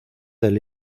del